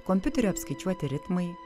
kompiuteriu apskaičiuoti ritmai